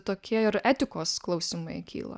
tokie ir etikos klausimai kyla